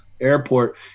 airport